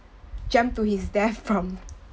jump to his death from